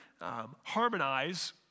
harmonize